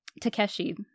Takeshi